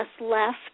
left